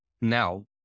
Now